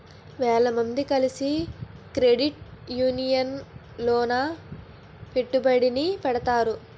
వేల మంది కలిసి క్రెడిట్ యూనియన్ లోన పెట్టుబడిని పెడతారు